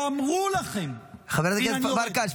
ואמרו לכם --- חברת הכנסת פרקש,